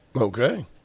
Okay